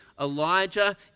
Elijah